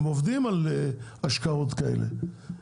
הם עובדים על השקעות כאלה,